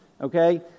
Okay